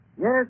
Yes